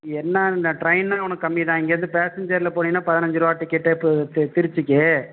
என்ன இந்த ட்ரெயின்னே உனக்கு கம்மி தான் இங்கேயிருந்து பேசஞ்ஜரில் போனின்னால் பதினஞ்சு ருபா டிக்கெட்டே போ தே திருச்சிக்கு